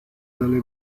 dalle